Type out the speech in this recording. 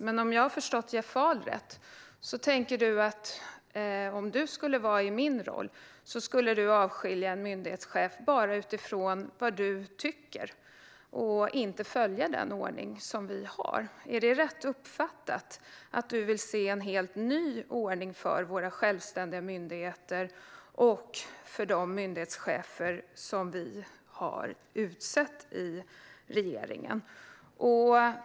Men om jag har förstått Jeff Ahl rätt skulle du, om du var i min roll, avskilja en myndighetschef bara utifrån vad du tycker och inte följa den ordning som vi har. Är det rätt uppfattat, att du vill se en helt ny ordning för våra självständiga myndigheter och för de myndighetschefer som regeringen har utsett?